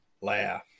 laugh